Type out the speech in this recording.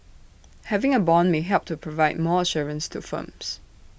having A Bond may help to provide more assurance to firms